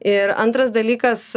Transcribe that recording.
ir antras dalykas